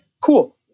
cool